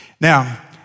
Now